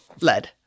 lead